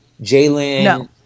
Jalen